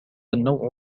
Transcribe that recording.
النوع